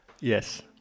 Yes